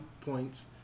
points